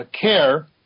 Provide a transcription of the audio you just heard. care